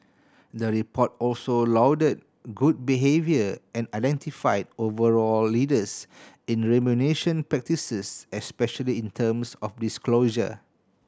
the report also lauded good behaviour and identified overall leaders in remuneration practices especially in terms of disclosure